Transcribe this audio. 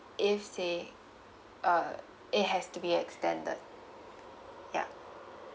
if they uh it has to be extended yeah